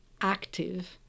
active